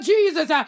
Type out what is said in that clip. Jesus